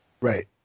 Right